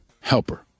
helper